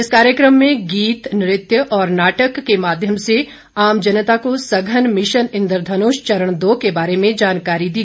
इस कार्यक्रम में गीत नृत्य और नाटक के माध्यम से आम जनता को सघन मिशन इंद्रधनुष चरण दो के बारे में जानकारी दी